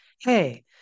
Hey